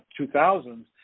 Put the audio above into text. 2000s